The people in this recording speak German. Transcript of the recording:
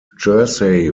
jersey